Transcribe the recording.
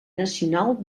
nacional